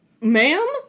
Ma'am